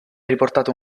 riportato